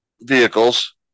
vehicles